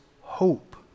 hope